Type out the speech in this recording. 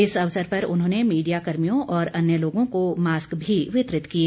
इस अवसर पर उन्होंने मीडिया कर्मियों और अन्य लोगों को मास्क भी वितरित किए